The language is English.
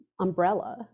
umbrella